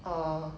or